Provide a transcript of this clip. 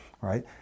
right